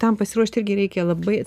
tam pasiruošti irgi reikia labai